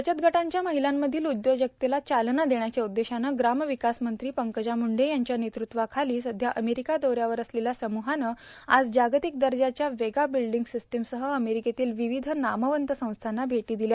बचतगटांच्या र्माहलांमधील उदयोजकतेला चालना देण्याच्या उद्देशानं ग्रार्मावकास मंत्री पंकजा मुंडे यांच्या नेतृत्वाखाली सध्या अर्मोरका दौऱ्यावर असलेल्या समुहाने आज जार्गांतक दजाच्या वेगा बिल्डींग प्रस्टोमसह अर्मोरकेतील र्वावध नामवंत संस्थांना भेटो दिल्या